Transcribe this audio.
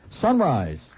Sunrise